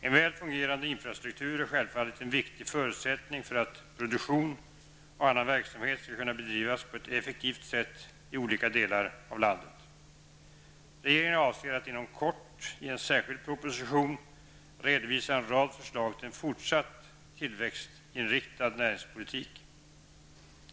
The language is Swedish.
En väl fungerande infrastruktur är självfallet en viktig förutsättning för att produktion och annan verksamhet skall kunna bedrivas på ett effektivt sätt i olika delar av landet. Regeringen avser att inom kort, i en särskild proposition, redovisa en rad förslag till en fortsatt tillväxtinriktad näringspolitik.